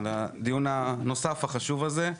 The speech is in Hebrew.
על הדיון הנוסף החשוב הזה.